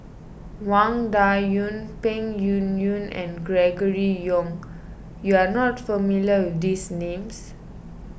Wang Dayuan Peng Yuyun and Gregory Yong you are not familiar these names